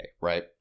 right